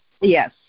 Yes